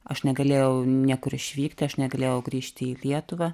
aš negalėjau niekur išvykti aš negalėjau grįžti į lietuvą